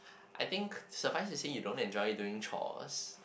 I think surprise you say you don't enjoy doing chores